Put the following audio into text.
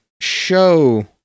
show